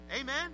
Amen